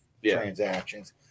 transactions